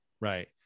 right